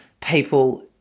people